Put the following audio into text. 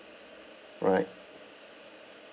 right